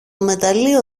μεταλλείο